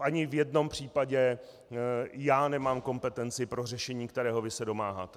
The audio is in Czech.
Ani v jednom případě já nemám kompetenci pro řešení, kterého vy se domáháte.